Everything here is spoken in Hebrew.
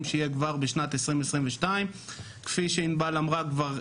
שתהיה כבר בשנת 2022. כפי שעינבל אמרה כבר,